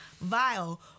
vile